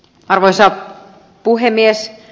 arvoisa puhemies